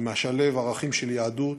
המשלב ערכים של יהדות,